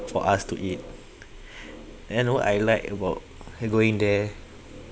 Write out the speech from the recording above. uh for us to eat then what I like about going there